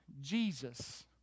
Jesus